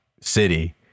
city